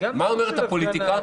מה אומרת הפוליטיקה?